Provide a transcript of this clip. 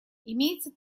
имеется